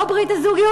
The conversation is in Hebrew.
לא ברית הזוגיות?